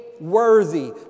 worthy